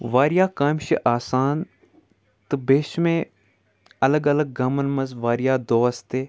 واریاہ کامہِ چھِ آسان تہٕ بیٚیہِ چھِ مےٚ الگ الگ گامَن منٛز واریاہ دوس تہِ